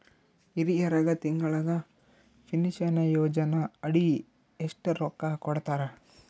ಹಿರಿಯರಗ ತಿಂಗಳ ಪೀನಷನಯೋಜನ ಅಡಿ ಎಷ್ಟ ರೊಕ್ಕ ಕೊಡತಾರ?